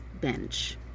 bench